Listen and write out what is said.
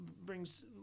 brings